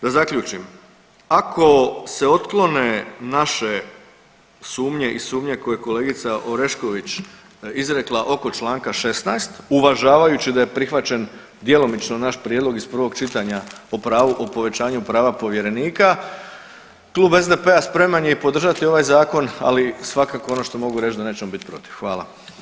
Da zaključim, ako se otklone naše sumnje i sumnje koje je kolegica Orešković izrekla oko čl. 16 uvažavajući da je prihvaćen djelomično naš prijedlog iz prvog čitanja o pravu, o povećanju prava povjerenika, Klub SDP-a spreman je i podržati ovaj Zakon, ali svakako ono što mogu reći da nećemo biti protiv.